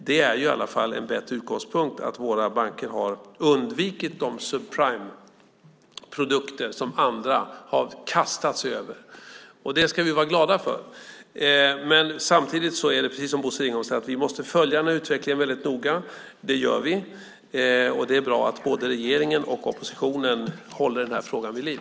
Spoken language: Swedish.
Det är en bättre utgångspunkt att våra banker har undvikit de subprimeprodukter som andra har kastat sig över. Det ska vi vara glada för. Samtidigt måste vi, precis som Bosse Ringholm säger, följa utvecklingen noga. Det gör vi. Det är bra att både regeringen och oppositionen håller frågan vid liv.